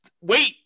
Wait